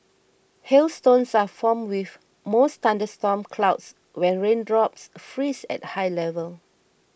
hailstones are formed within most thunderstorm clouds when raindrops freeze at high levels